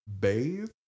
bathe